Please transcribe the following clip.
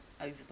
over